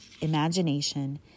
imagination